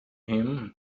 him